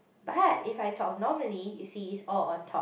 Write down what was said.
but if I talk normally you see it's all on top